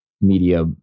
media